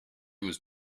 was